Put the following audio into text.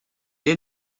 est